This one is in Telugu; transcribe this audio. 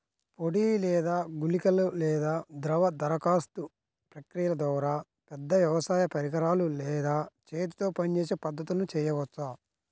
పొడి లేదా గుళికల లేదా ద్రవ దరఖాస్తు ప్రక్రియల ద్వారా, పెద్ద వ్యవసాయ పరికరాలు లేదా చేతితో పనిచేసే పద్ధతులను చేయవచ్చా?